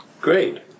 Great